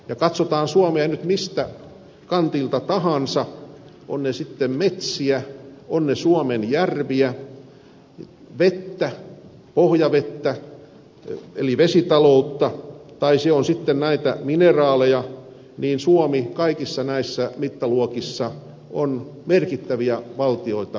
ja katsotaan suomea nyt miltä kantilta tahansa on se sitten metsiä on se suomen järviä vettä pohjavettä eli vesitaloutta tai se on sitten näitä mineraaleja niin suomi kaikissa näissä mittaluokissa on merkittäviä valtioita maailmassa